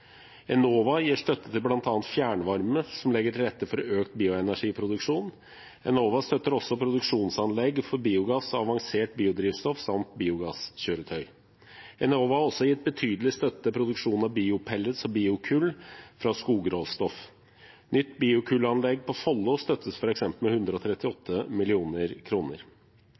Enova gir støtte til bl.a. fjernvarme, som legger til rette for økt bioenergiproduksjon. Enova støtter også produksjonsanlegg for biogass, avansert biodrivstoff samt biogasskjøretøy. Enova har også gitt betydelig støtte til produksjon av biopellets og biokull fra skogråstoff. For eksempel støttes et nytt biokullanlegg på Follo med 138